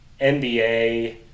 NBA